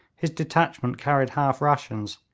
his detachment carried half rations,